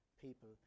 people